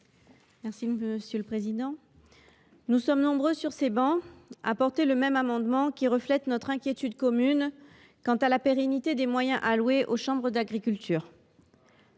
Evelyne Corbière Naminzo. Nous sommes nombreux, sur ces travées, à présenter le même amendement, qui reflète notre inquiétude commune quant à la pérennité des moyens alloués aux chambres d’agriculture.